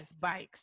bikes